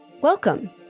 Welcome